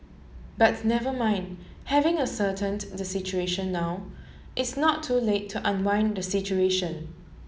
but never mind having ascertained the situation now it's not too late to unwind the situation